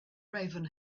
raven